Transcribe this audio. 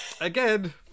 again